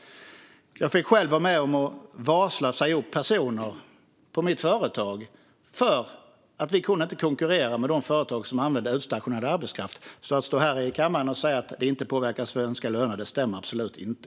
Jag fick själv vara med om att varsla och säga upp personer på mitt företag för att vi inte kunde konkurrera med de företag som använde utstationerad arbetskraft. Att det inte påverkar svenska löner, som Alireza Akhondi står här i kammaren och säger, stämmer absolut inte.